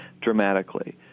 dramatically